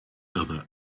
other